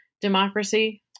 democracy